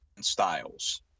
styles